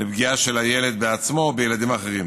לפגיעה בילד בעצמו או בילדים אחרים.